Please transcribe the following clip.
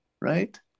right